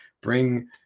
bring